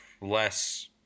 less